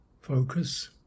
focus